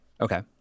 okay